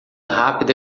rápida